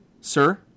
sir